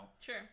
Sure